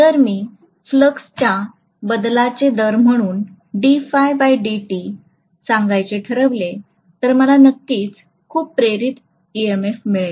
जर मी फ्लक्सच्या बदलाचे दर म्हणून सांगायचे ठरविले तर मला नक्कीच खूप प्रेरित EMF मिळेल